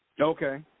Okay